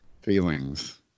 feelings